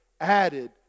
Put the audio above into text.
added